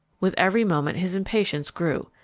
with every moment his impatience grew.